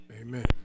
Amen